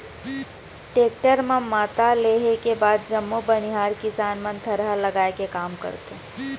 tractor म मता लेहे के बाद जम्मो बनिहार किसान मन थरहा लगाए के काम करथे